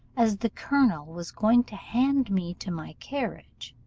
as the colonel was going to hand me to my carriage,